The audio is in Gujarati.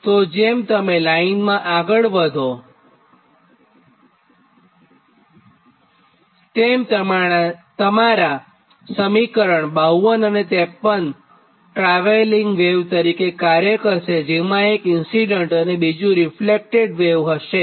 તોજેમ તમે લાઇનમાં આગળ વધો તેમતમારા સમીકરણ 52 અને 53 ટ્રાવેલિંગ વેવ તરીકે કાર્ય કરશેજેમાં એક ઇન્સીડન્ટ અને બીજું રીફ્લેક્ટેડ વેવ હશે